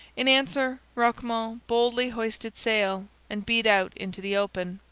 in answer roquemont boldly hoisted sail and beat out into the open.